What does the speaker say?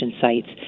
sites